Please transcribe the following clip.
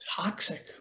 toxic